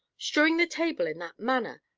strewing the table in that manner!